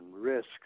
risks